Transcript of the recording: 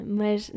mas